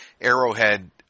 Arrowhead